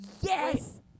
Yes